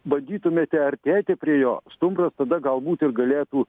bandytumėte artėti prie jo stuburas tada galbūt ir galėtų